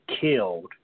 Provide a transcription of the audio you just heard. killed